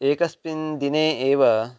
एकस्मिन् दिने एव